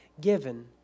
given